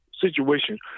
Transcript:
situation